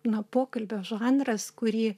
na pokalbio žanras kurį